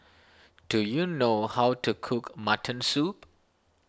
do you know how to cook Mutton Soup